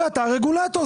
ואתה הרגולטור.